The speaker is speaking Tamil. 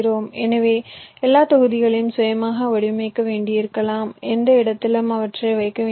எனவே எல்லா தொகுதிகளையும் சுயமாக வடிவமைக்க வேண்டியிருக்கலாம் எந்த இடத்திலும் அவற்றை வைக்க வேண்டியிருக்கும்